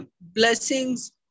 blessings